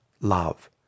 love